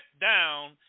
down